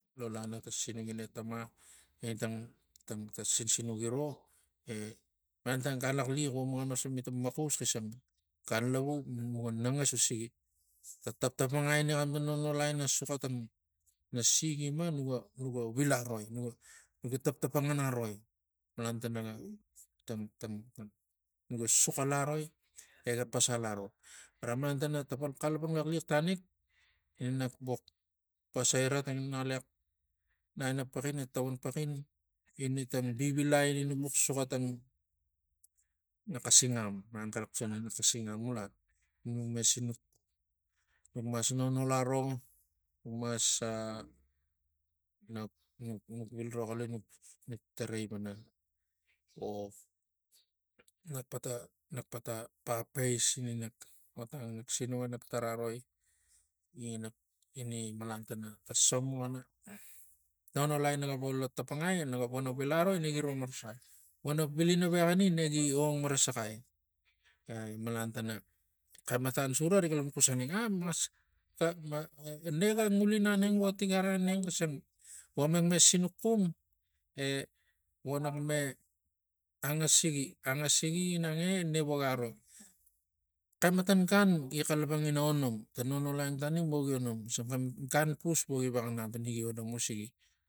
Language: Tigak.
Lo lana ta sinuk ina etama etang tang sinsinuk gi ro e malan tang gan laxliax vo nuga nasami tang maxus xisang gan iavu muga nangas usigi ta tap- tap angai ini xam tang nonolai ina soxo tang nasi gi ma nuga nuga vilaroi nuga nuga tap tapangan aroi malan tana tang tang tang nuga suxal aroi pasal aro- aro malan tana tapal xalapang laxliax tanik. E ni nak bux pasai ra tangina ngalaxex naina paxin e tavan paxin ini tang vivilai ini nuk bux soxo tang na xasangam malan xara xus aneng pana na xasangam mulai muk me sinuk nuk mas nonol aro nuk mas a nuk- nuk vil roxoli nuk tarai pana ponap nak pata nak pata papais ina nak otang nak sinuk ina nak favari aroi ini- ini- ini malan tana ta som buxan nonolai naga vogi lo tapangai naga vo neng nak vila roi ne gi ro marasaxai vonak vilanavexani ne gi ong marasaxai. E malan tana xematan sura rik xalapang xus aneng nexe ngulina aneng vo tigiri aneng xisang vo mek me sinuk xum e nonak me angasigi angasigi ginange ne vo gia ro xematan gan gi xalapang ina onom tei nonolai ong tanim vo gi onom gan pus ro gi vexa nap ina gi onom usigi